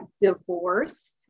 divorced